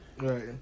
Right